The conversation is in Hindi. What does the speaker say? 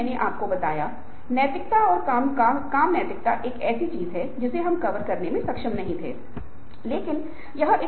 यदि आप मस्तिष्क रसायन शास्त्र के बारे में कुछ जानते हैं तो आप अपनी प्रेरणा को तेज करने के लिए कुछ विशिष्ट तरीकों का उपयोग कर सकते हैं